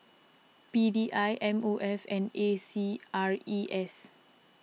P D I M O F and A C R E S